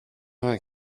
vingt